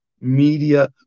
media